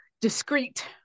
discreet